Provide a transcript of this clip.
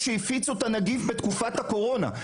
שהפיצו את הנגיף בתקופת הקורונה,